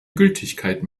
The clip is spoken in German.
gültigkeit